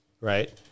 right